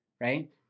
right